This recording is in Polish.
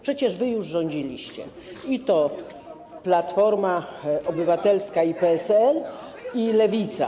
Przecież wy już rządziliście: i Platforma Obywatelska, i PSL, i Lewica.